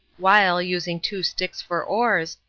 while, using two sticks for oars,